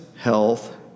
health